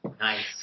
Nice